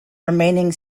remaining